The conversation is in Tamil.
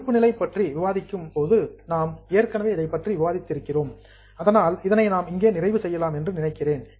இருப்பு நிலை பற்றி விவாதிக்கும்போது நாம் ஏற்கனவே இதைப் பற்றி விவாதித்திருக்கிறோம் அதனால் இதனை நாம் இங்கே நிறைவு செய்யலாம் என்று நினைக்கிறேன்